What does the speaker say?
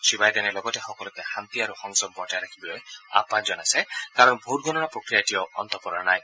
শ্ৰীবাইডেনে লগতে সকলোকে শাস্তি আৰু সংযম বৰ্তাই ৰাখিবলৈ আহবান জনাইছে কাৰণ ভোটগণনা প্ৰক্ৰিয়া এতিয়াও অন্ত পৰা নাই